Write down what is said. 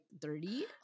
dirty